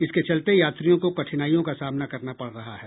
इसके चलते यात्रियों को कठिनाईयों का सामना करना पड़ रहा है